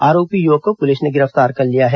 आरोपी युवक को पुलिस ने गिरफ्तार कर लिया है